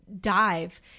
dive